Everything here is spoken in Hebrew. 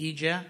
התוצאה